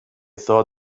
thought